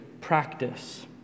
practice